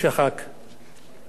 שיהיה זכרו ברוך.